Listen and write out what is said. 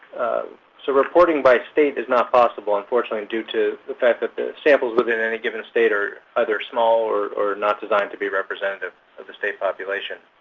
so reporting by state is not possible, unfortunately, due to the fact that the samples within any given state are either small or not designed to be representative of the state population.